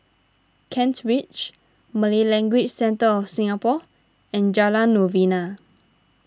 Kent Ridge Malay Language Centre of Singapore and Jalan Novena